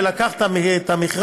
ולקח את המכרז,